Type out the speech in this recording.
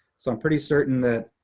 so i'm pretty certain that,